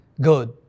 good